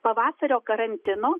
pavasario karantino